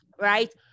right